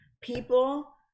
people